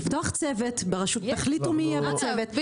לפתוח צוות, תחליטו מי יהיה בצוות -- יש.